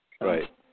Right